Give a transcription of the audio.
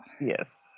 Yes